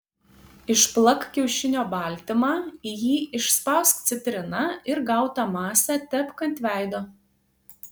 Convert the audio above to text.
išplak kiaušinio baltymą į jį išspausk citriną ir gautą masę tepk ant veido